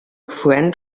friend